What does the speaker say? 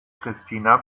christina